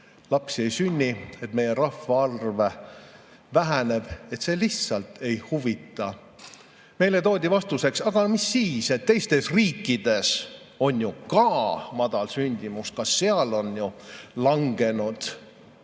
lapsi ei sünni, et meie rahvaarv väheneb, lihtsalt ei huvita. Meile toodi vastuseks, et aga mis siis, teistes riikides on ju ka madal sündimus, ka seal on see ju langenud.